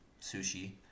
sushi